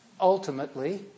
Ultimately